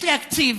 יש להקציב